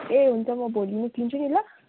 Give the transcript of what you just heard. ए हुन्छ म भोलि निक्लिन्छु नि ल